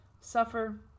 suffer